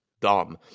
dumb